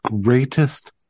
greatest